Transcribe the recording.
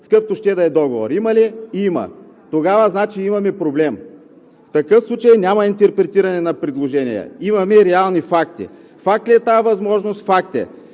какъвто ще да е договор? Има ли? Има! Тогава значи, имаме проблем! В такъв случай няма интерпретиране на предложение. Имаме реални факти! Факт ли е тази възможност? Факт